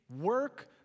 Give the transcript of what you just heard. work